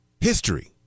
history